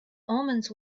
omens